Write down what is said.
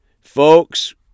Folks